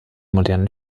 modernen